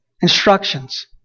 instructions